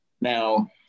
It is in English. Now